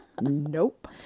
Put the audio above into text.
Nope